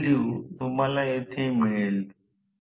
rotor वारंवारिता F2 sf ला slip वारंवारिता म्हणतात